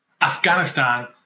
Afghanistan